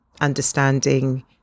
understanding